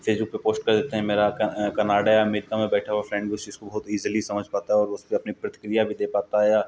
Facebook पे post कर देते हैं मेरा कनाडा या अमेरिका में बैठा हुआ फ़्रेंड भी उस चीज़ को बहुत ईज़िली समझ पाता है और उसपे अपनी प्रतिक्रिया भी दे पाता है या